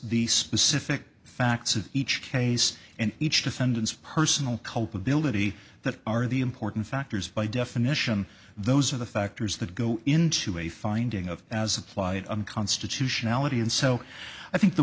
the specific facts of each case and each defendant's personal culpability that are the important factors by definition those are the factors that go into a finding of as applied unconstitutionality and so i think the